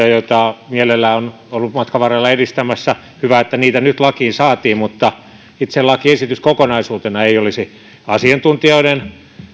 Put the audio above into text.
joita mielellään on ollut matkan varrella edistämässä hyvä että niitä nyt lakiin saatiin mutta itse lakiesitys kokonaisuutena ei olisi asiantuntijoiden